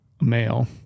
male